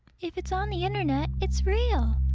if it's on the internet, it's real!